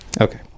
Okay